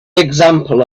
example